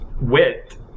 width